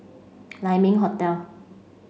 Lai Ming Hotel